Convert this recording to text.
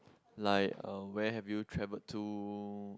like uh where have you traveled to